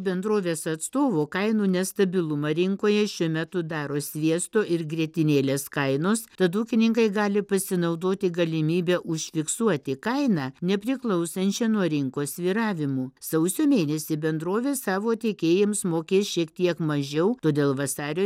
bendrovės atstovo kainų nestabilumą rinkoje šiuo metu daro sviesto ir grietinėlės kainos tad ūkininkai gali pasinaudoti galimybe užfiksuoti kainą nepriklausančią nuo rinkos svyravimų sausio mėnesį bendrovė savo tiekėjams mokės šiek tiek mažiau todėl vasario